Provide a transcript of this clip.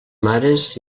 mares